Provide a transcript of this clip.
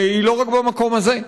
הם לא רק במקום הזה.